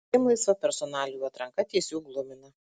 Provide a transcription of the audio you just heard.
perdėm laisva personalijų atranka tiesiog glumina